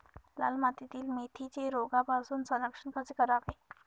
लाल मातीतील मेथीचे रोगापासून संरक्षण कसे करावे?